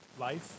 life